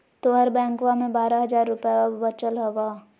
तोहर बैंकवा मे बारह हज़ार रूपयवा वचल हवब